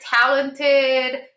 talented